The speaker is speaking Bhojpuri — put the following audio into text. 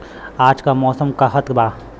आज क मौसम का कहत बा?